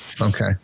okay